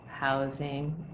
Housing